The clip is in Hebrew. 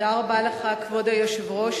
כבוד היושב-ראש,